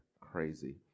crazy